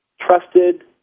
trusted